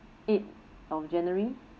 eighth of january